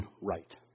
right